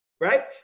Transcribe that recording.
right